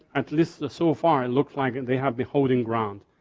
at least so far, look like they have the holding ground,